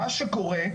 מה שקורה,